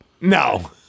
No